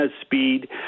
speed